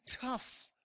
tough